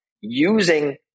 using